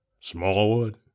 Smallwood